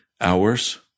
hours